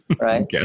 right